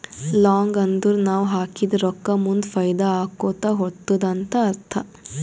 long ಅಂದುರ್ ನಾವ್ ಹಾಕಿದ ರೊಕ್ಕಾ ಮುಂದ್ ಫೈದಾ ಆಕೋತಾ ಹೊತ್ತುದ ಅಂತ್ ಅರ್ಥ